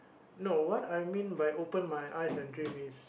no what I mean by open my eyes and dream is